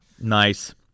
Nice